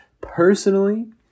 Personally